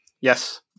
Yes